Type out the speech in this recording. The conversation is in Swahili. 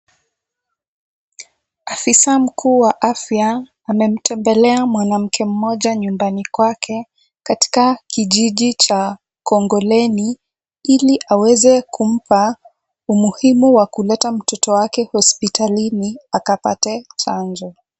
Afisa mkuu wa afya amemtembelea mwanamke mmoja nyumbani kwake katika kijiji cha Kongoleni ili aweze kumpa umuhimu wa kuleta mtoto wake hospitalini akapate chanjo.